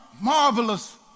marvelous